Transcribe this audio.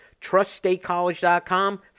Truststatecollege.com